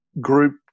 group